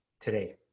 today